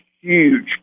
huge